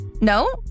No